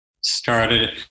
started